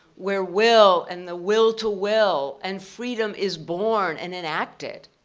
where will, and the will to will, and freedom is born and enacted.